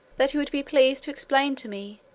that he would be pleased to explain to me,